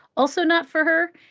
also not for her,